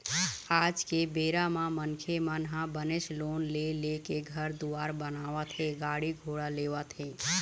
आज के बेरा म मनखे मन ह बनेच लोन ले लेके घर दुवार बनावत हे गाड़ी घोड़ा लेवत हें